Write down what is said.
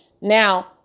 Now